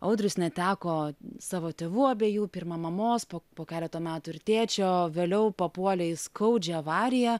audrius neteko savo tėvų abiejų pirma mamos po po keleto metų ir tėčio vėliau papuolė į skaudžią avariją